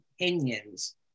opinions